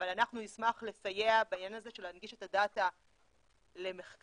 אבל אנחנו נשמח לסייע בעניין הזה של להנגיש את הדאטה למחקר,